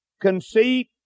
conceit